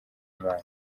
imana